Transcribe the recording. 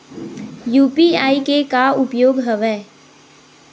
UPI के का उपयोग हवय?